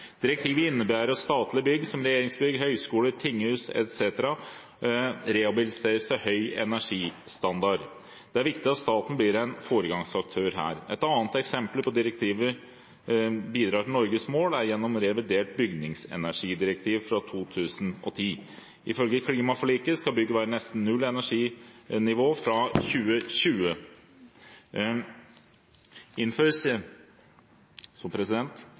Direktivet innebærer at statlige bygg som regjeringsbygg, høyskoler, tinghus etc. rehabiliteres til høy energistandard. Det er viktig at staten blir en foregangsaktør her. Et annet eksempel på at direktiver bidrar til Norges mål, er gjennom revidert bygningsenergidirektiv fra 2010. Ifølge klimaforliket skal bygg være på nesten nullenerginivå fra 2020.